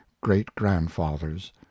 great-grandfathers